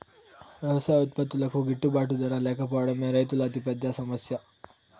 వ్యవసాయ ఉత్పత్తులకు గిట్టుబాటు ధర లేకపోవడమే రైతుల అతిపెద్ద సమస్య